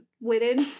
witted